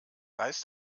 heißt